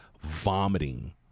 vomiting